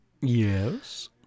Yes